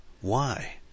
Why